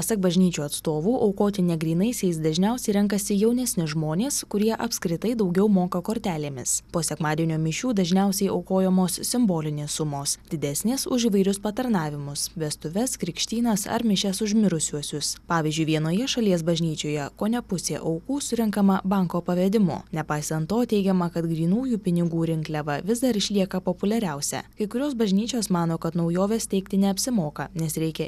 pasak bažnyčių atstovų aukoti negrynaisiais dažniausiai renkasi jaunesni žmonės kurie apskritai daugiau moka kortelėmis po sekmadienio mišių dažniausiai aukojamos simbolinės sumos didesnės už įvairius patarnavimus vestuves krikštynas ar mišias už mirusiuosius pavyzdžiui vienoje šalies bažnyčioje kone pusė aukų surenkama banko pavedimu nepaisant to teigiama kad grynųjų pinigų rinkliava vis dar išlieka populiariausia kai kurios bažnyčios mano kad naujoves teikti neapsimoka nes reikia